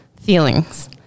feelings